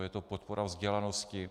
Je to podpora vzdělanosti.